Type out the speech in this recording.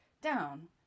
down